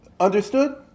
Understood